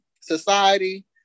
society